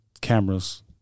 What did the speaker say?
cameras